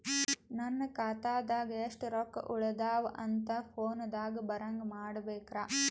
ನನ್ನ ಖಾತಾದಾಗ ಎಷ್ಟ ರೊಕ್ಕ ಉಳದಾವ ಅಂತ ಫೋನ ದಾಗ ಬರಂಗ ಮಾಡ ಬೇಕ್ರಾ?